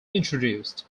introduced